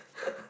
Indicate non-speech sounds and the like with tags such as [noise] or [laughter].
[breath]